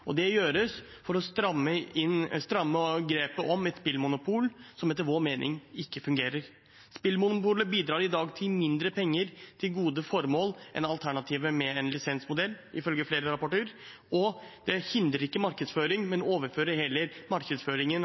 Det gjøres for å stramme grepet om et spillmonopol som etter vår mening ikke fungerer. Spillmonopolet bidrar i dag til mindre penger til gode formål enn alternativet med en lisensmodell, ifølge flere rapporter. Det hindrer heller ikke markedsføring, men overfører markedsføringen